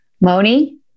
Moni